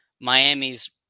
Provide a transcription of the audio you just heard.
Miami's